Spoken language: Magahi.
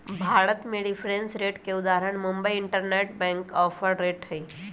भारत में रिफरेंस रेट के उदाहरण मुंबई इंटरबैंक ऑफर रेट हइ